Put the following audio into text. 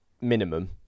minimum